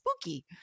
spooky